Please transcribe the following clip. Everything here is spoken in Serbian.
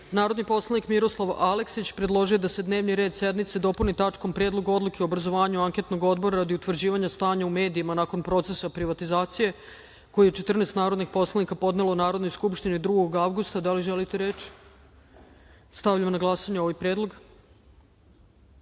predlog. Narodni poslanik Miroslav Aleksić, predložio je da se dnevni red sednice dopuni tačkom Predlog odluke o obrazovanju anketnog odbora radi utvrđivanja stanja u medijima nakon procesa privatizacije, koji je 14 narodnih poslanika podnelo Narodnoj skupštini 2. avgusta. Da li želite reč? Stavljam na glasanje ovaj